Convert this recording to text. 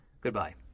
Goodbye